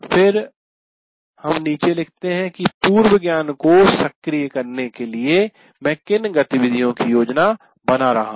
फिर हम नीचे लिखते हैं कि पूर्व ज्ञान को सक्रिय करने के लिए मैं किन गतिविधियों की योजना बना रहा हूं